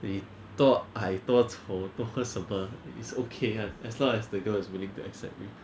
they thought I 多丑都没什么 is okay [one] as long as the girl is willing to accept me